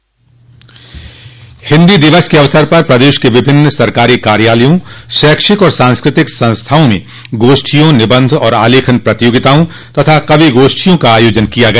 हिन्दी दिवस के अवसर पर प्रदेश के विभिन्न सरकारी कार्यालयों शैक्षिक और सांस्कृतिक संस्थाओं में संगोष्ठियों निबंध और आलेखन प्रतियोगिताओं तथा कवि गोष्ठियों का आयोजन किया गया